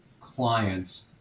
clients